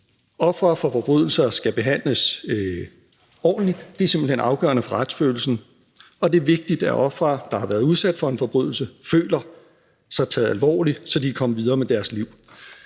Ofre for forbrydelser skal behandles ordentligt. Det er simpelt hen afgørende for retsfølelsen, og det er vigtigt, at ofre, der har været udsat for en forbrydelse, føler sig taget alvorligt, så de kan komme videre med deres liv.